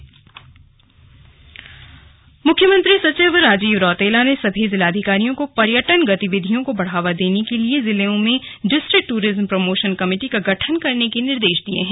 slug Rajeev Rautela मुख्यमंत्री सचिव राजीव रौतेला ने सभी जिलाधिकारियों को पर्यटन गतिविधियों को बढ़ावा देने के लिए जिलों में डिस्ट्रिक्ट ट्ररिज्म प्रमोशन कमेटी का गठन करने के निर्देश दिये हैं